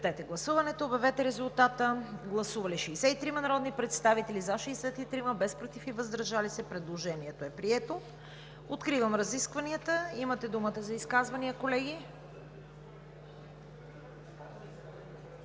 Откривам разискванията. Имате думата за изказвания, колеги.